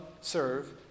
serve